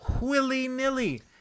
willy-nilly